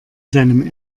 seinem